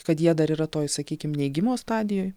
kad jie dar yra toj sakykim neigimo stadijoj